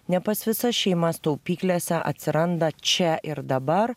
ne pas visas šeimas taupyklėse atsiranda čia ir dabar